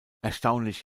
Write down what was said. erstaunlich